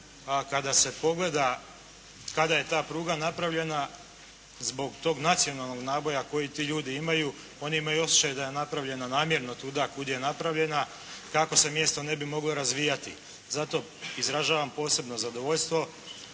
kada se pogleda, kada je ta pruga napravljena, zbog tog nacionalnog naboja koji ti ljudi imaju, oni imaju osjećaj da je napravljena namjerno tuda kuda je napravljena kako se mjesto ne bi moglo razvijati. Zato, izražavam posebno zadovoljstvo